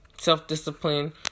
self-discipline